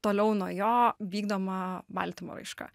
toliau nuo jo vykdoma baltymo raiška